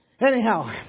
Anyhow